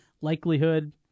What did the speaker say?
Likelihood